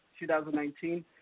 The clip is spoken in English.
2019